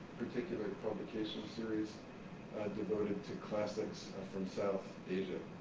particular publication series devoted to classics from south asia.